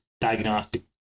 diagnostic